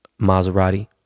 Maserati